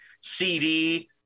CD